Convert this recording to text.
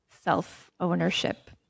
self-ownership